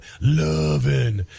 loving